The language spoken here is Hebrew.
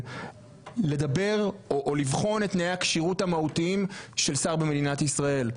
לדבר או לבחון את תנאי הכשירות המהותיים של שר במדינת ישראל.